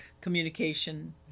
communication